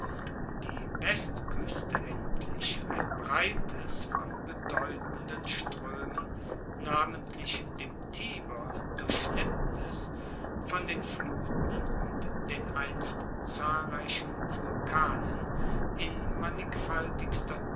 die westkueste endlich ein breites von bedeutenden stroemen namentlich dem tiber durchschnittenes von den fluten und den einst zahlreichen vulkanen in mannigfaltigster